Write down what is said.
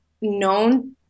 known